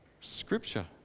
scripture